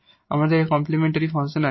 আমাদের complimentary function আছে